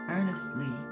Earnestly